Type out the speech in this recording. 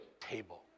table